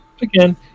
Again